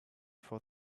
for